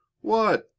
What